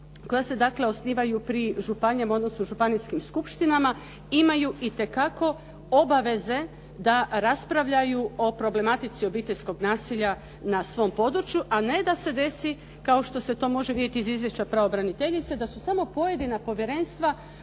koja se dakle osnivaju pri županijama, odnosno županijskim skupštinama imaju itekako obaveze da raspravljaju o problematici obiteljskog nasilja na svom području a ne da se desi kao što se to može vidjeti iz izvješća pravobraniteljice da su samo pojedina povjerenstva